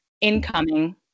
incoming